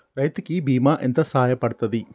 రైతు కి బీమా ఎంత సాయపడ్తది?